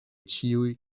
ĉiuj